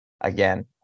Again